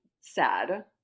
sad